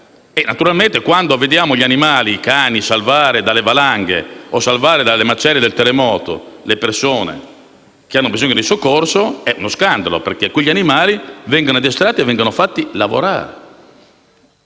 e naturalmente quando vediamo i cani salvare dalle valanghe o dalle macerie del terremoto persone che hanno bisogno di soccorso, è uno scandalo, perché quegli animali vengono addestrati e fatti lavorare.